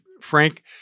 Frank –